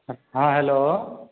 हँ हेलो